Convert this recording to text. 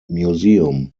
museum